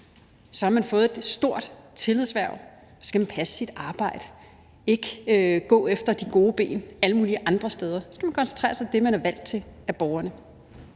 har man fået et stort tillidshverv, og så skal man passe sit arbejde og ikke gå efter de gode ben alle mulige andre steder. Man skal koncentrere sig om det, man er valgt til af borgerne.